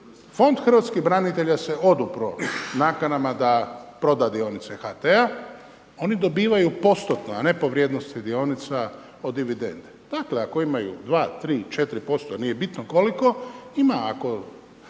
Fond hrvatskih branitelja se odupro nakanama da proda dionice HT-a. Oni dobivaju postotno, a ne po vrijednosti dionica od dividende. Dakle, ako imaju 2, 3, 4%, nije bitno koliko. Ima ako